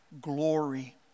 glory